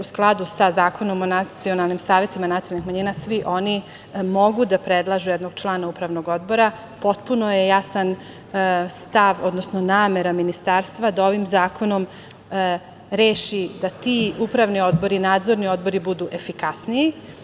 U skladu sa Zakonom o nacionalnim savetima nacionalnih manjina, svi oni mogu da predlažu jednog člana upravnog odbora, potpuno je jasan stav, odnosno namera Ministarstva da ovim zakonom reši da ti upravni odbori, nadzorni odbori, budu efikasniji.